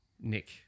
Nick